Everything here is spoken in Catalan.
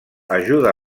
ajuda